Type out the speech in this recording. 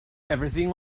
everything